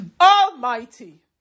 Almighty